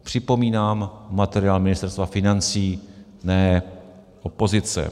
Připomínám materiál Ministerstva financí, ne opozice.